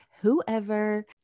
whoever